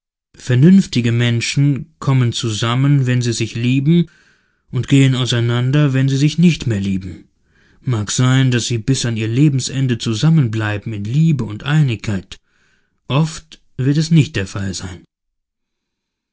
vernünftige menschen kommen zusammen wenn sie sich lieben und gehen auseinander wenn sie sich nicht mehr lieben mag sein daß sie bis an ihr lebensende zusammenbleiben in liebe und einigkeit oft wird es nicht der fall sein